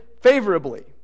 favorably